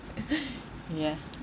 ya